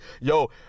Yo